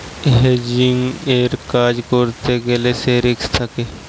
হেজিংয়ের কাজ করতে গ্যালে সে রিস্ক থাকে